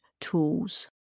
tools